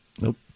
Nope